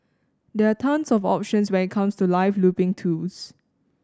there are tons of options when it comes to live looping tools